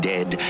Dead